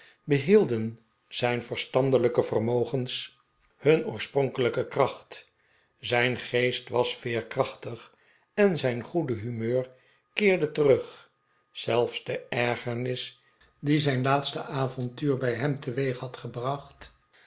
behielden zijn verstandelijke vermogens hun oorspronkelijke kracht zijn geest was veerkrachtig en zijn goede humeur keerde terug zelfs de ergernis die zijn laatste avontuur bij hem teweeg had gebracht